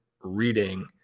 reading